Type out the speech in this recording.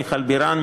מיכל בירן,